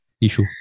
issue